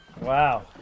Wow